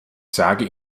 sage